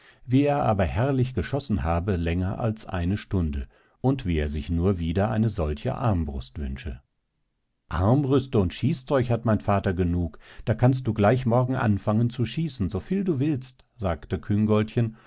wie er aber herrlich geschossen habe länger als eine stunde und wie er sich nur wieder eine solche armbrust wünsche armbrüste und schießzeug hat mein vater genug da kannst du gleich morgen anfangen zu schießen soviel du willst sagte